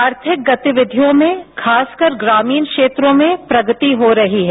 आर्थिक गतिविधियों में खासकर ग्रामीण क्षेत्रों में प्रगति हो रही है